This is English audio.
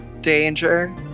danger